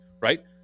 right